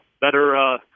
better